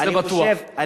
זה בטוח.